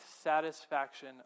satisfaction